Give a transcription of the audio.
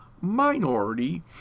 minority